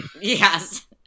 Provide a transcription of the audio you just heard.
yes